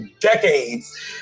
decades